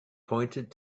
pointed